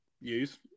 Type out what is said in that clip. use